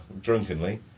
drunkenly